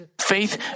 Faith